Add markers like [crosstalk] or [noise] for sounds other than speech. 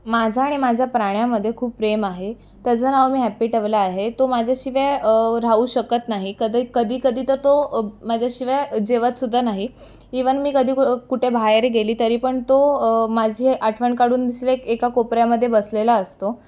माझं आणि माझ्या प्राण्यामध्ये खूप प्रेम आहे त्याचं नाव मी हॅप्पी ठेवलं आहे तो माझ्याशिवाय राहू शकत नाही कधी क कधीकधी तर तो माझ्याशिवाय जेवतसुद्धा नाही ईवन मी कधी कुठे बाहेर गेली तरी पण तो माझी आठवण काढून [unintelligible] एका कोपऱ्यामध्ये बसलेला असतो